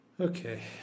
Okay